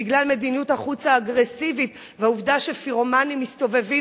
בגלל מדיניות החוץ האגרסיבית והעובדה שפירומנים מסתובבים